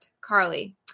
Carly